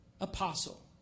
apostle